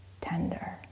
tender